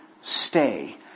stay